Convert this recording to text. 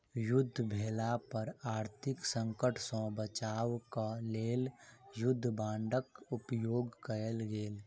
युद्ध भेला पर आर्थिक संकट सॅ बचाब क लेल युद्ध बांडक उपयोग कयल गेल